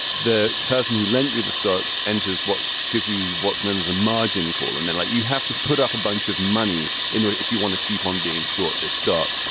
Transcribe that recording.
the person who lent you the stock enters what gives you what's known as a margin call. and then like you have to put up a bunch of money in it if you want to keep on being short this stock.